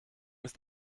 ist